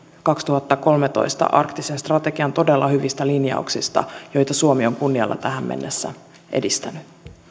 kaksituhattakolmetoista arktisen strategian todella hyvistä linjauksista joita suomi on kunnialla tähän mennessä edistänyt